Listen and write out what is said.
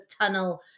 tunnel